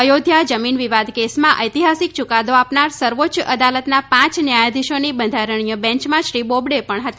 અયોધ્યા જમીન વિવાદ કેસમાં ઐતિહાસિક યૂકાદો આપનાર સર્વોચ્ય અદાલતના પાંચ ન્યાયાધીશોની બંધારણીય બેંચમાં શ્રી બોબડે પણ હતા